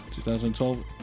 2012